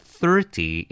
thirty